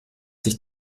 sich